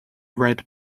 red